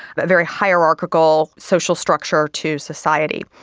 but very hierarchical social structure to society.